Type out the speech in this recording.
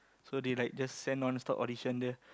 so they like just send on the spot audition there